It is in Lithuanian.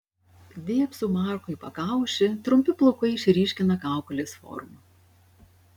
dėbsau markui į pakaušį trumpi plaukai išryškina kaukolės formą